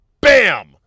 bam